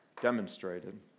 demonstrated